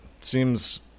Seems